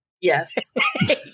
Yes